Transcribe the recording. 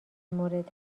مورد